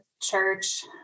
church